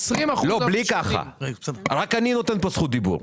רק אני נותן פה זכות דיבור.